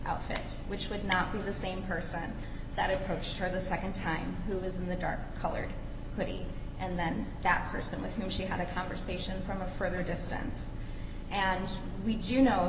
outfit which would not be the same person that approached her the nd time who was in the dark colored movie and then that person with whom she had a conversation from a further distance and read you know